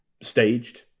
staged